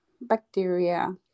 bacteria